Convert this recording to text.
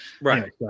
Right